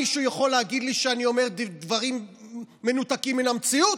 מישהו יכול להגיד לי שאני אומר דברים מנותקים מן המציאות?